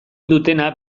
dutena